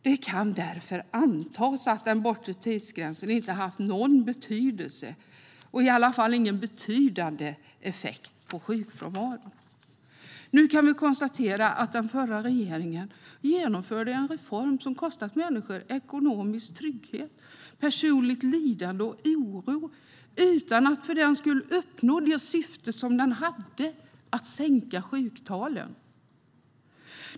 Det kan därför antas att den bortre tidsgränsen inte haft någon betydande effekt på sjukfrånvaron. Nu kan vi konstatera att den förra regeringen genomförde en reform som kostat människor ekonomisk trygghet och lett till personligt lidande och oro, utan att för den skull uppnå reformens syfte att sänka sjuktalen.